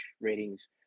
ratings